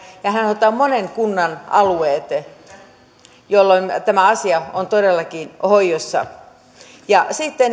ja hän hoitaa monen kunnan alueet jolloin tämä asia on todellakin hoidossa ja sitten